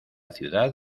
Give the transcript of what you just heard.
ciudad